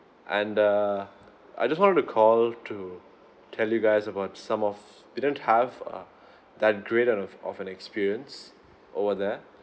and err I just wanted to call to tell you guys about some of we didn't have uh that great that of of an experience over there